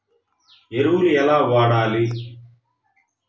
ఎరువులను ఎలా వాడాలి?